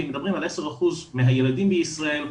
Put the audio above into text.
ואם מדברים על 10% מהילדים בישראל,